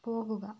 പോകുക